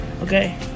Okay